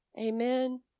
Amen